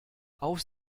auf